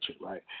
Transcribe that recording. right –